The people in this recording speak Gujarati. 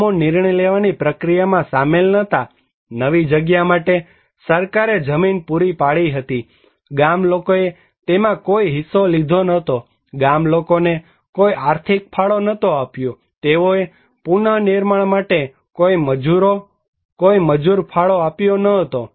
ગામો નિર્ણય લેવાની પ્રક્રિયામાં સામેલ ન હતાનવી જગ્યા માટે સરકારે જમીન પૂરી પાડી હતી ગામ લોકોએ તેમાં કોઈ હિસ્સો લીધો ન હતો ગામલોકોને કોઈ આર્થિક ફાળો આપ્યો ન હતોતેઓએ પુનઃનિર્માણ માટે કોઈ મજૂર ફાળો આપ્યો ન હતો